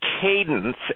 cadence